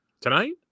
tonight